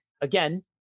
again